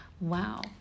Wow